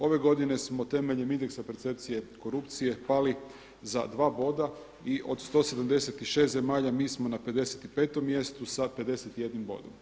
Ove godine smo temeljem indekasa percepcije korupcije pali za dva boda i od 176 zemalja mi smo na 55. mjestu sa 51 bodom.